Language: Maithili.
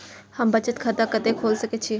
हम बचत खाता कते खोल सके छी?